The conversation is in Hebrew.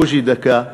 בוז'י, דקה.